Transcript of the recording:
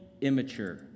immature